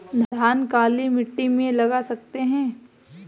धान काली मिट्टी में लगा सकते हैं?